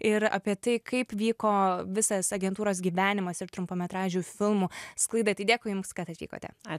ir apie tai kaip vyko visas agentūros gyvenimas ir trumpametražių filmų sklaida tai dėkui jums kad atvykote